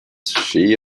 she